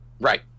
Right